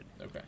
Okay